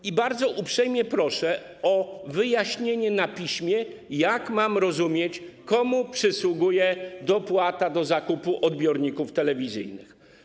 I bardzo uprzejmie proszę o wyjaśnienie na piśmie, jak mam rozumieć to, komu przysługuje dopłata do zakupu odbiorników telewizyjnych.